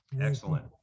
Excellent